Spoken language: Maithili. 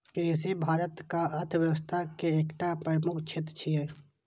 कृषि भारतक अर्थव्यवस्था के एकटा प्रमुख क्षेत्र छियै